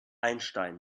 einstein